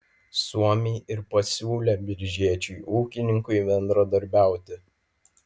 suomiai ir pasiūlė biržiečiui ūkininkui bendradarbiauti